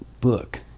book